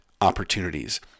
opportunities